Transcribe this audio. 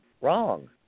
wrong